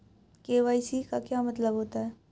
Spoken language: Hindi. के.वाई.सी का क्या मतलब होता है?